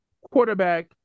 quarterback